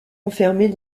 enfermer